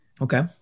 Okay